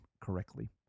correctly